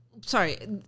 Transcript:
Sorry